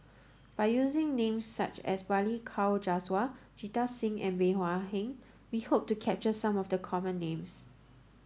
by using names such as Balli Kaur Jaswal Jita Singh and Bey Hua Heng we hope to capture some of the common names